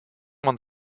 man